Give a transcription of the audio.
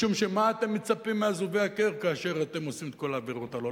משום שמה אתם מצפים מאזובי הקיר כאשר אתם עושים את כל העבירות הללו?